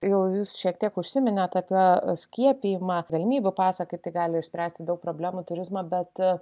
jau jūs šiek tiek užsiminėt apie skiepijimą galimybių pasą kaip gali išspręsti daug problemų turizmo bet